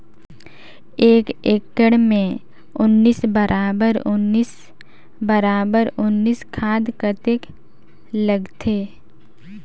एक एकड़ मे उन्नीस बराबर उन्नीस बराबर उन्नीस खाद कतेक लगथे?